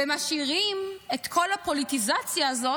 ומשאירים את כל הפוליטיזציה הזאת,